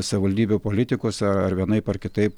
savivaldybių politikus ar vienaip ar kitaip